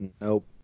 Nope